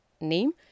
name